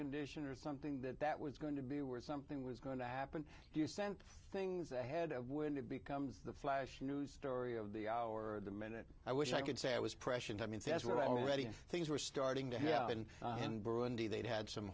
condition or something that that was going to be were something was going to happen you sent things they had when it becomes the flash news story of the hour the minute i wish i could say i was pressured i mean that's were already things were starting to happen in burundi they'd had some